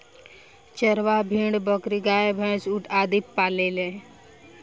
चरवाह भेड़, बकरी, गाय, भैन्स, ऊंट आदि पालेले